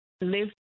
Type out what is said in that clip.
live